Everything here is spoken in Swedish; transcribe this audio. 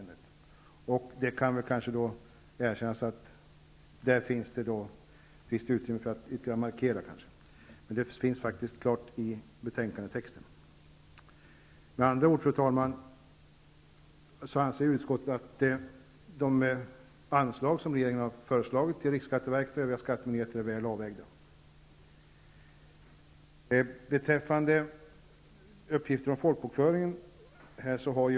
Det kan erkännas att där finns utrymme för att ytterligare markera det, men det står klart i texten i betänkandet. Med andra ord, fru talman, anser utskottet att de anslag som regeringen har föreslagit till riksskatteverket och övriga skattemyndigheter är väl avvägda.